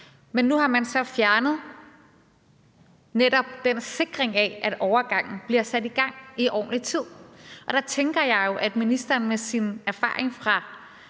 Men nu har man så netop fjernet den sikring af, at overgangen bliver sat i gang i ordentlig tid. Og der tænker jeg jo, at ministeren med sin erfaring fra